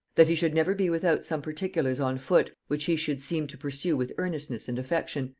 that he should never be without some particulars on foot which he should seem to pursue with earnestness and affection,